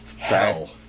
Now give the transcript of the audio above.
hell